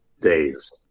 days